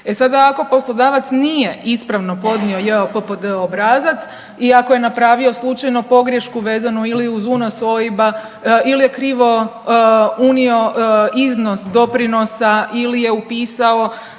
E sada ako poslodavac nije ispravno podnio JOPPD obrazac i ako je napravio slučajno pogrješku vezano ili uz unos OIB-a ili je krivo unio iznos doprinosa ili je upisao